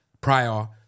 prior